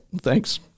thanks